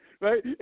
Right